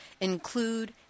include